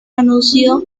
anunció